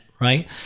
right